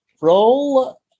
roll